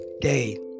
Day